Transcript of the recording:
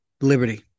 Liberty